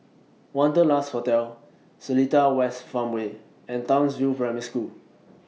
Wanderlust Hotel Seletar West Farmway and Townsville Primary School